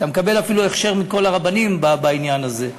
אתה מקבל אפילו הכשר מכל הרבנים בעניין הזה.